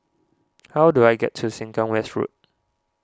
how do I get to Sengkang West Road